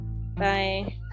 bye